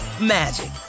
magic